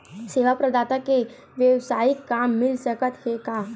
सेवा प्रदाता के वेवसायिक काम मिल सकत हे का?